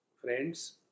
Friends